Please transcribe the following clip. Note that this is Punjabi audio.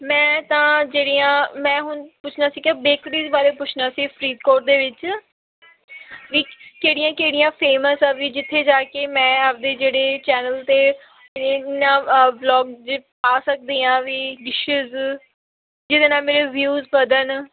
ਮੈਂ ਤਾਂ ਜਿਹੜੀਆਂ ਮੈਂ ਹੁਣ ਪੁੱਛਣਾ ਸੀ ਕਿ ਬੇਕਰੀਸ ਬਾਰੇ ਪੁੱਛਣਾ ਸੀ ਫਰੀਦਕੋਟ ਦੇ ਵਿੱਚ ਵੀ ਕਿਹੜੀਆਂ ਕਿਹੜੀਆਂ ਫੇਮਸ ਆ ਵੀ ਜਿੱਥੇ ਜਾ ਕੇ ਮੈਂ ਆਪਦੇ ਜਿਹੜੇ ਚੈਨਲ 'ਤੇ ਵਲੋਗਸ ਪਾ ਸਕਦੀ ਹਾਂ ਵੀ ਡਿਸ਼ਿਜ ਜਿਹਦੇ ਨਾਲ ਮੇਰੇ ਵਿਊਜ ਵਧਣ